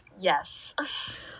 yes